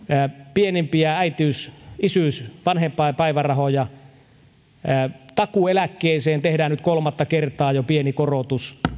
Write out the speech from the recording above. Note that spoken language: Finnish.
pienimpiä äitiys isyys ja vanhempainpäivärahoja tai kun takuueläkkeeseen tehdään nyt kolmatta kertaa jo pieni korotus